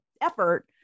effort